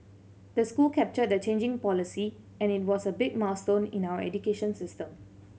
the school captured the changing policy and it was a big milestone in our education system